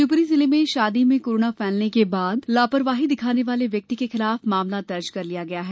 शिवपुरी जिले में शादी में कोरोना फैलने के बाद लापरवाही दिखाने वाले व्यक्ति के खिलाफ मामला दर्ज कर लिया गया है